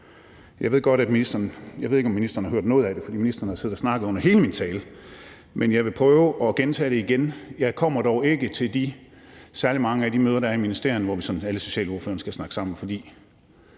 Jeg ved ikke, om ministeren har hørt noget af det, for ministeren har siddet og snakket under hele min tale. Men jeg vil prøve at gentage det igen. Jeg kommer dog ikke til særlig mange af de møder, der er i ministerierne, hvor alle socialordførerne skal snakke sammen,